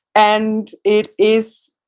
and it is,